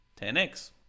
10x